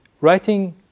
Writing